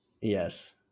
Yes